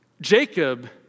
Jacob